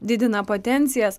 didina potencijas